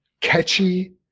catchy